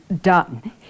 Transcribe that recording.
done